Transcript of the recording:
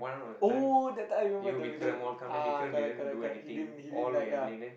oh that time I remember they with the ah correct correct correct he didn't he didn't like ya